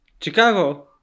Chicago